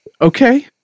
Okay